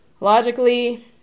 logically